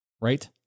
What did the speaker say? Right